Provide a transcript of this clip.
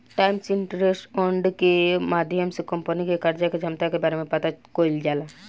times interest earned के माध्यम से कंपनी के कर्जा के क्षमता के बारे में पता कईल जाला